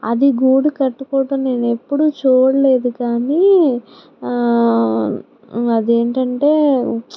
అది గూడు కట్టుకోవడం నేను ఎప్పుడూ చూడలేదు కానీ అది ఏంటంటే